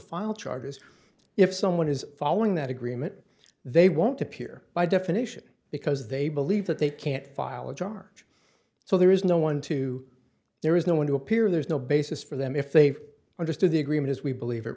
file charges if someone is following that agreement they won't appear by definition because they believe that they can't file a charge so there is no one to there is no one to appear there's no basis for them if they've understood the agreement as we believe it